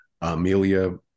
Amelia